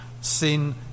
Sin